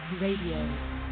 Radio